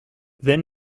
then